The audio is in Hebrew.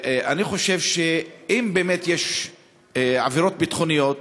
אני חושב שאם באמת יש עבירות ביטחוניות,